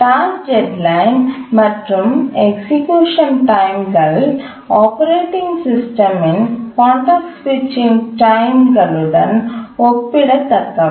task deadline மற்றும் execution டைம்கள் operating சிஸ்டம்ன் கான்டெக்ஸ்ட் சுவிட்சிங் டைம் களுடன் ஒப்பிடத்தக்கவை